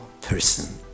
person